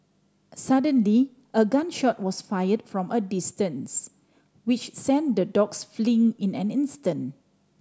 suddenly a gun shot was fired from a distance which sent the dogs fleeing in an instant